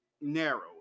narrow